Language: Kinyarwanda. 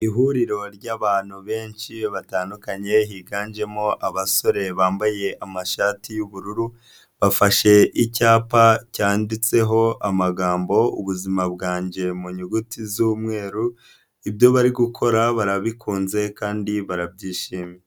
Ihuriro ry'abantu benshi batandukanye higanjemo abasore bambaye amashati y'ubururu, bafashe icyapa cyanditseho amagambo ubuzima bwanjye mu nyuguti z'umweru, ibyo bari gukora barabikunze kandi barabyishimiye.